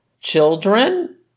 children